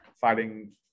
fighting